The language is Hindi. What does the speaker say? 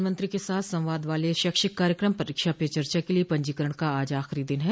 प्रधानमंत्री के साथ संवाद वाले शैक्षिक कार्यक्रम परीक्षा पे चर्चा के लिए पंजीकरण का आज आखिरी दिन है